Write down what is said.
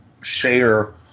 share